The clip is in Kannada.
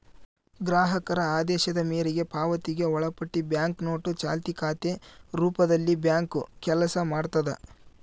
ಗ್ರಾಹಕರ ಆದೇಶದ ಮೇರೆಗೆ ಪಾವತಿಗೆ ಒಳಪಟ್ಟಿ ಬ್ಯಾಂಕ್ನೋಟು ಚಾಲ್ತಿ ಖಾತೆ ರೂಪದಲ್ಲಿಬ್ಯಾಂಕು ಕೆಲಸ ಮಾಡ್ತದ